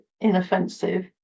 inoffensive